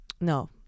no